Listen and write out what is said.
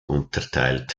unterteilt